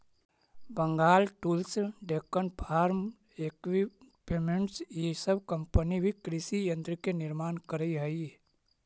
Bengal tools, Deccan farm equipments इ सब company भी कृषि यन्त्र के निर्माण करऽ हई